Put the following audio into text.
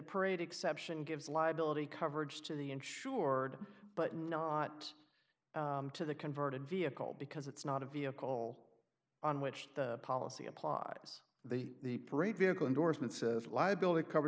parade exception gives liability coverage to the insured but not to the converted vehicle because it's not a vehicle on which the policy applies the the parade vehicle endorsement says liability cover